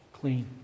clean